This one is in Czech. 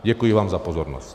Děkuji vám za pozornost.